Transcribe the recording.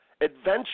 Adventure